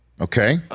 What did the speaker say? Okay